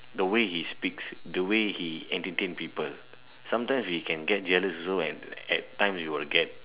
the way he speaks the way he entertain people sometime they can get jealous also and at time it will get